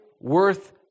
worth